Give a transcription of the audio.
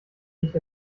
nicht